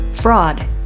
fraud